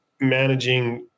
managing